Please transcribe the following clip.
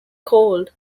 called